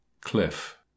cliff